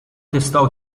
tistgħu